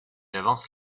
avance